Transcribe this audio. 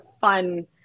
fun